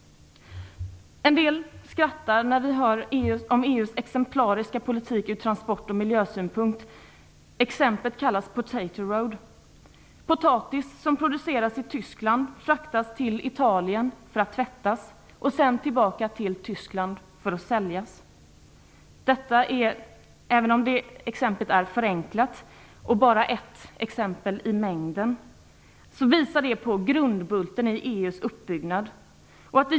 En del skrattar när vi hör om EU:s exemplariska politik ur transport och miljösynpunkt. Exemplet kallas "potatoe road". Potatis som produceras i Tyskland fraktas till Italien för att tvättas och sedan tillbaka till Tyskland för att säljas. Även om exemplet är förenklat och bara ett i mängden visar det på grundbulten i EU:s uppbyggnad.